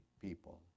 people